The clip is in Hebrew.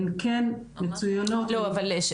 הן כן מצויינות --- אבל רגע,